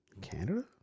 Canada